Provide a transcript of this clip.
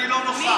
אחרת אני לא נוכח.